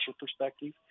perspective